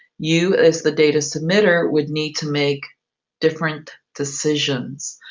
you, as the data submitter, would need to make different decisions.